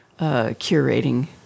curating